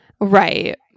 Right